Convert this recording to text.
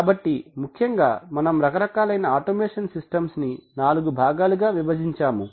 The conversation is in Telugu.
కాబట్టి ముఖ్యంగా మనం రకరకాలైన ఆటోమేషన్ సిస్టమ్స్ ని నాలుగు భాగాలుగా విభజించాము